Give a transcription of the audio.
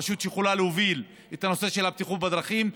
רשות שיכולה להוביל את הנושא של הבטיחות בדרכים.